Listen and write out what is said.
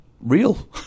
real